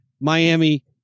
Miami